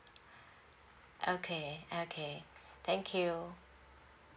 okay okay thank you